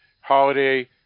Holiday